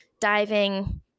diving